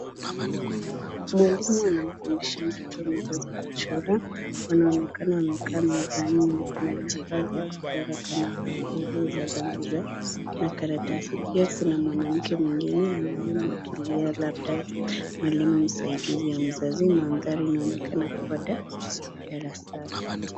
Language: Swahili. Mwalimu anamfundisha mtoto mdogo kuchora. Anaonekana amekaa mezani na kuna vifaa vya kuchora kama vile penseli za rangi na karatasi. Pia kuna mwanamke mwingine anaye mwekelea labda mwalimu msaidizi au mzazi. Mandari inaonekana kuwa darasani.